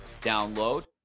download